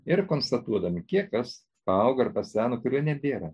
ir konstatuodami kiek kas paaugo ir paseno kurio nebėra